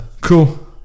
Cool